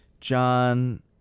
John